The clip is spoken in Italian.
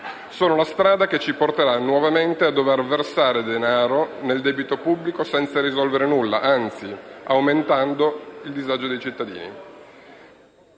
Sono la strada che ci porterà nuovamente a dover versare denaro nel debito pubblico senza risolvere nulla, anzi aumentando il disagio ai cittadini.